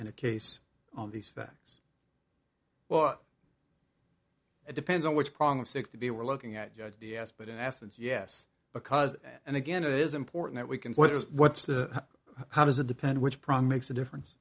in a case on these facts well it depends on which prong of six to be we're looking at judged yes but in essence yes because and again it is important that we can what is what's the how does it depend which probably makes a difference